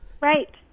Right